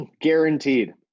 Guaranteed